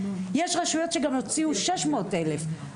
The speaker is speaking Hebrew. יש רשויות שגם הוציאו 600 אלף.